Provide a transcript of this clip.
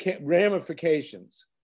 ramifications